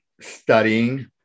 studying